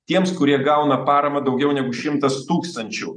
tiems kurie gauna paramą daugiau negu šimtas tūkstančių